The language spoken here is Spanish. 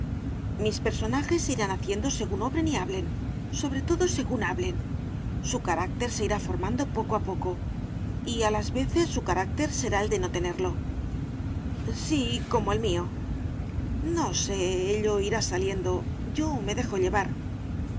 mis personajes se irán haciendo según obren y hablen sobre todo según hablen su carácter se irá formando poco a poco y a las veces su carácter será el de no tenerlo sí como el mío no sé ello irá saliendo yo me dejo llevar